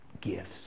Gifts